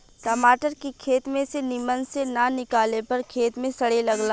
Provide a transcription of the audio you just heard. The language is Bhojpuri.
टमाटर के खेत में से निमन से ना निकाले पर खेते में सड़े लगेला